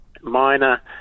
minor